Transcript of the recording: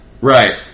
Right